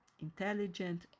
intelligent